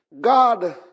God